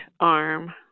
arm